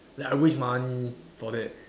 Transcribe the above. like waste money for that